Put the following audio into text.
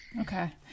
okay